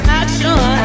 action